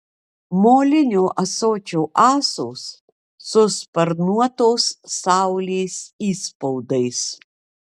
molinio ąsočio ąsos su sparnuotos saulės įspaudais